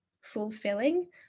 fulfilling